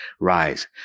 Rise